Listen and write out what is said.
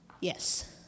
Yes